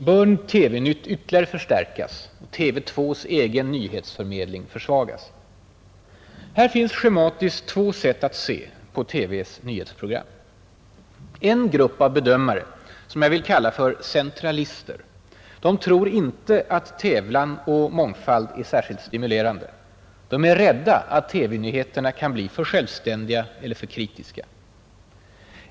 Bör TV-Nytt ytterligare förstärkas, TV 2:s egen nyhetsförmedling försvagas? Här finns schematiskt två sätt att se på TV:s nyhetsprogram. En grupp bedömare, som jag vill kalla för ”centralister”, tror inte att tävlan och mångfald är särskilt stimulerande, är rädda att TV-nyheterna kan bli för självständiga eller för kritiska.